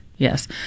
Yes